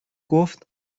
گفت